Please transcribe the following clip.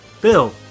Bill